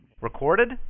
Recorded